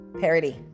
parody